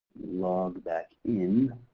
log back in